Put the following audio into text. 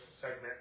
segment